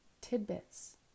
tidbits